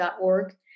org